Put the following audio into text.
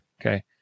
Okay